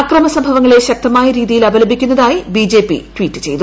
അക്രമസംഭവങ്ങളെ ശക്തമായ രീതിയിൽ അപലപിക്കുന്നതായി ബിജെപി ട്വീറ്റ് ചെയ്തു